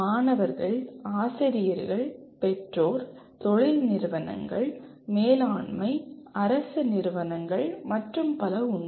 மாணவர்கள் ஆசிரியர்கள் பெற்றோர் தொழில் நிறுவனங்கள் மேலாண்மை அரசு நிறுவனங்கள் மற்றும் பல உண்டு